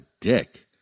dick